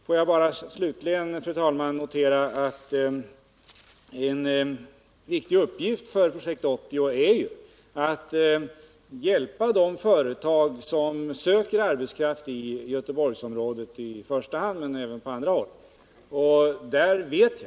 Får jag till slut, fru talman, notera att en viktig uppgift för Projekt 80 är att hjälpa de företag — i första hand i Göteborgsområdet men även på andra håll — som söker arbetskraft.